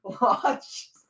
watch